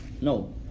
No